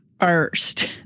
first